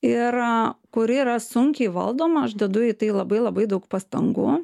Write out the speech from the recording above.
ir kuri yra sunkiai valdoma aš dedu į tai labai labai daug pastangų